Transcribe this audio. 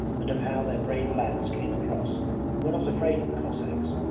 and of how their brave lads came across and were not afraid of the cossacks,